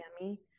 yummy